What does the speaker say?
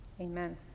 Amen